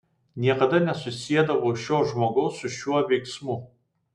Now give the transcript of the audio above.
niekada nesusiedavau šio žmogaus su šiuo veiksmu